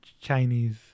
chinese